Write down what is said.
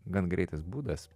gan greitas būdas